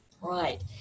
Right